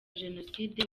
jenoside